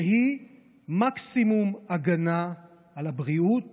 שהיא מקסימום הגנה על הבריאות